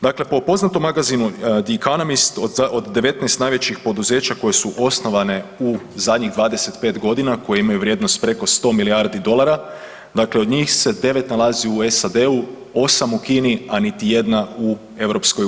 Dakle, po poznatom magazinu The Economist od 19 najvećih poduzeća koje su osnovane u zadnjih 25 godina koje imaju vrijednost preko 100 milijardi dolara, dakle od njih se devet nalazi u SAD-u, osam u Kini, a niti jedna u EU.